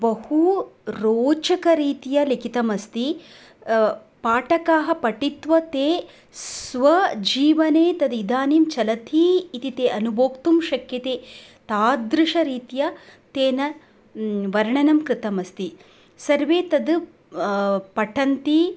बहु रोचकरीत्या लिखितमस्ति पाठकाः पठित्वा ते स्वजीवने तद् इदानीं चलति इति ते अनुभोक्तुं शक्यते तादृशरीत्या तेन वर्णनं कृतमस्ति सर्वे तद् पठन्ति